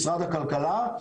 משרד הכלכלה,